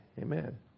Amen